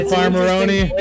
Farmeroni